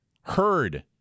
heard